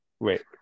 wait